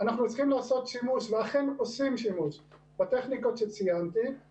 אנחנו צריכים לעשות שימוש ואכן עושים שימוש בטכניקות שציינתי.